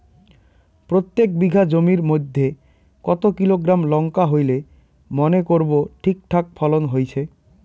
প্রত্যেক বিঘা জমির মইধ্যে কতো কিলোগ্রাম লঙ্কা হইলে মনে করব ঠিকঠাক ফলন হইছে?